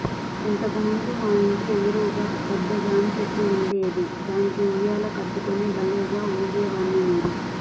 ఇంతకు ముందు మా ఇంటి ఎదురుగా పెద్ద జాంచెట్టు ఉండేది, దానికి ఉయ్యాల కట్టుకుని భల్లేగా ఊగేవాడ్ని నేను